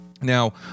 Now